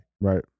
Right